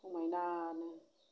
समायना नो